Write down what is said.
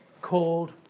called